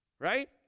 right